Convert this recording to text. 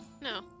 No